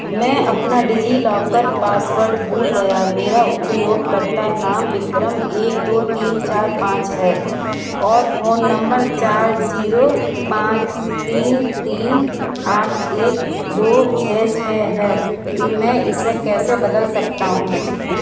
मैं अपना DigiLocker password भूल गया मेरा उपयोगकर्ता नाम विक्रम एक दो तीन चार पाँच है और फ़ोन नम्बर चार ज़ीरो पाँच तीन तीन आठ एक दो छह छह है मैं इसे कैसे बदल सकता हूँ